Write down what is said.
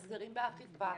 חסרים באכיפה,